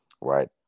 right